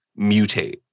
mutate